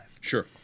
Sure